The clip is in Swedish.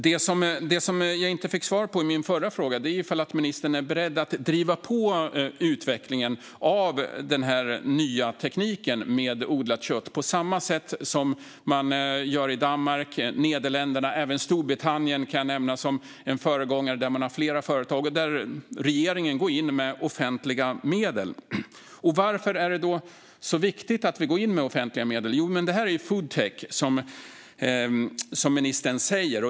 Det som jag inte fick svar på i min förra fråga är om ministern är beredd att driva på utvecklingen av den här nya tekniken med odlat kött på samma sätt som man gör i Danmark och Nederländerna. Jag kan även nämna Storbritannien som en föregångare - där har man flera sådana företag, och regeringen går in med offentliga medel. Varför är det då så viktigt att vi går in med offentliga medel? Detta är ju foodtech, som ministern sa.